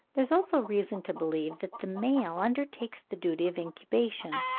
there is also reason to believe that the male undertakes the duty of incubation,